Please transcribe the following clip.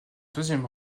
deuxième